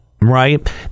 right